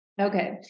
Okay